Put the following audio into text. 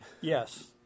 Yes